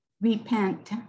Repent